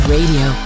Radio